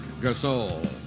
Gasol